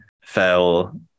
fell